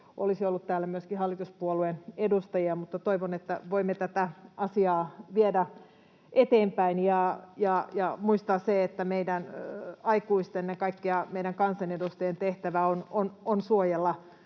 olisi ollut myöskin hallituspuolueen edustajia, mutta toivon, että voimme tätä asiaa viedä eteenpäin ja muistaa sen, että meidän aikuisten, ennen kaikkea meidän kansanedustajien, tehtävä on suojella